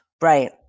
Right